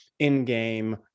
in-game